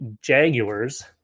Jaguars